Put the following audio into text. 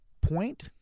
point